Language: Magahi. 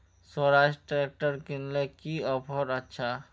स्वराज ट्रैक्टर किनले की ऑफर अच्छा?